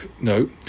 No